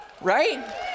Right